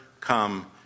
come